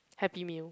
Happy Meal